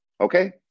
okay